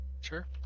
Sure